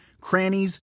crannies